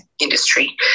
industry